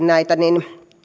tarkasti näitä